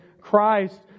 Christ